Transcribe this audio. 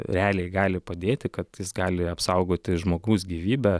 realiai gali padėti kad jis gali apsaugoti žmogaus gyvybę